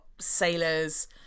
sailors